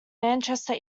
manchester